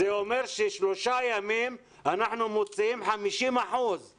זה אומר ששלושה ימים אנחנו מוציאים 50 אחוזים